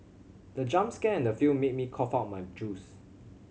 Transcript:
the jump scare in the film made me cough out my juice